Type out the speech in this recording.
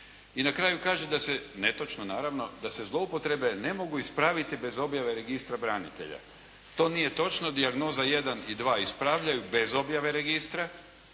I na kraju kaže, netočno naravno, da se zloupotrebe ne mogu ispraviti bez objave registra branitelja. To nije točno, dijagnoza 1. i 2. ispravljaju bez objave registra.